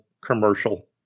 commercial